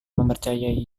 mempercayai